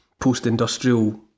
post-industrial